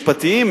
משפטיים,